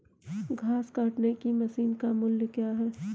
घास काटने की मशीन का मूल्य क्या है?